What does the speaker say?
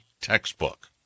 textbook